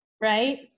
right